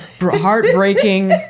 heartbreaking